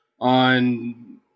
on